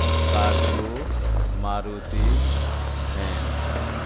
scorpio Maruti van